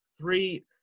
three –